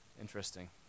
Interesting